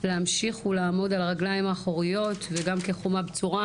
להמשיך ולעמוד על הרגליים האחוריות וכחומה בצורה,